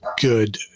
good